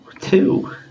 two